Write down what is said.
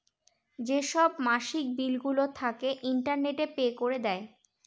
যেসব মাসিক বিলগুলো থাকে, ইন্টারনেটে পে করে দেয়